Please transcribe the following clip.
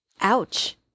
Ouch